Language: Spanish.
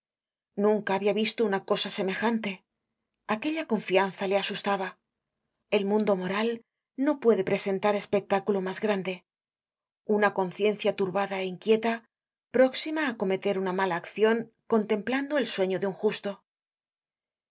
nunca habia visto una cosa semejante aquella confianza le asustaba el mundo moral no puede presentar espectáculo mas grande una conciencia turbada é inquieta próxima á cometer una mala accion contemplando el sueño de un justo